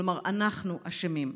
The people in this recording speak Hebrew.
כלומר אנחנו אשמים.